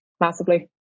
massively